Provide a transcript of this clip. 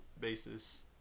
basis